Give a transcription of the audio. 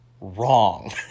wrong